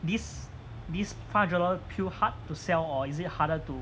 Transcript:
these these fraudulent peel hard to sell or is it harder to